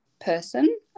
person